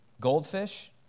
Goldfish